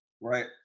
Right